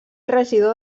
regidor